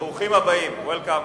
ברוכים הבאים לכנסת,